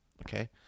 Okay